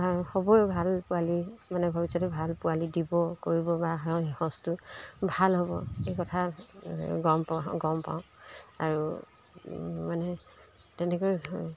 হ'বই ভাল পোৱালি মানে ভৱিষ্যতে ভাল পোৱালি দিব কৰিব বা সে সজটো ভাল হ'ব এই কথা গম প গম পাওঁ আৰু মানে তেনেকৈ